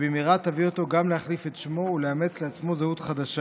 ובמהרה היא תביא אותו גם להחליף את שמו ולאמץ לעצמו זהות חדשה,